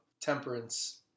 temperance